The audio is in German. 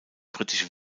britische